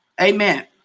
Amen